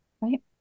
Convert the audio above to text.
Right